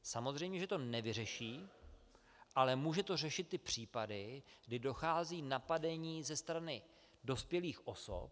Samozřejmě že to nevyřeší, ale může to řešit ty případy, kdy dochází k napadení ze strany dospělých osob.